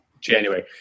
January